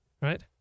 right